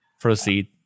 Proceed